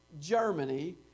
Germany